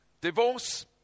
divorce